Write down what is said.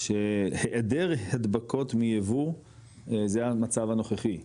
שהעדר הדבקות מיבוא זה המצב הנוכחי,